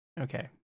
Okay